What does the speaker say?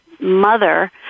mother